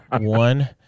one